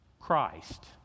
Christ